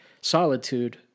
solitude